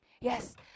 Yes